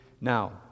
Now